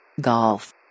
Golf